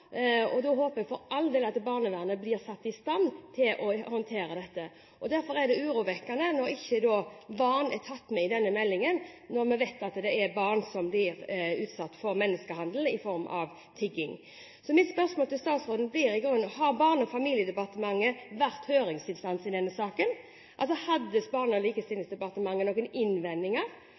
blir satt i stand til å håndtere dette. Derfor er det urovekkende at barn ikke er tatt med i denne meldingen, når vi vet at det er barn som blir utsatt for menneskehandel i form av tigging. Så mine spørsmål til statsråden blir i grunnen: Har Barne-, likestillings- og inkluderingsdepartementet vært høringsinstans i denne saken? Hadde departementet noen innvendinger, og